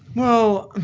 well,